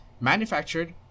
manufactured